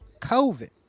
COVID